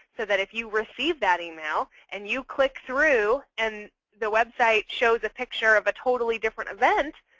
so that if you receive that email and you click through and the website shows a picture of a totally different event,